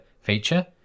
feature